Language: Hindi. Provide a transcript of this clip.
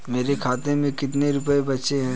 मेरे खाते में कितने रुपये बचे हैं?